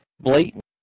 blatant